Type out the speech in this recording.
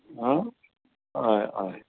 आं हय हय